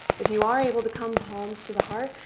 if you are able to come palms to the heart,